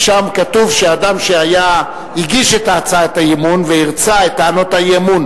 ושם כתוב שאדם שהגיש את הצעת האי-אמון והרצה את טענות האי-אמון